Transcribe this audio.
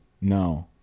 No